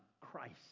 Christ